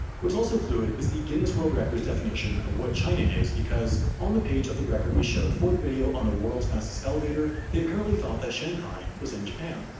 what's also fluid is the guinness world record's definition of what china is because, on the page of the record we showed for the video on the world's fastest elevator, they apparently thought that shanghai was in japan.